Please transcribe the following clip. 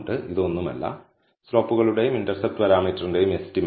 ഇത് ഒന്നുമല്ല ചരിവുകളുടെയും ഇന്റർസെപ്റ്റ് പാരാമീറ്ററിന്റെയും എസ്റ്റിമേറ്റ്